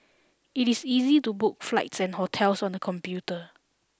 it is easy to book flights and hotels on the computer